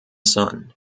son